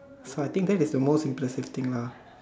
so I think that is the most impressive thing lah